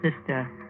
sister